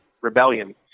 rebellion